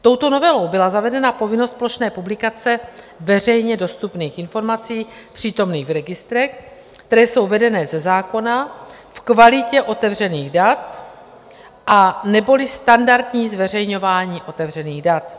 Touto novelou byla zavedena povinnost plošné publikace veřejně dostupných informací přítomných v registrech, které jsou vedené ze zákona v kvalitě otevřených dat, neboli standardní zveřejňování otevřených dat.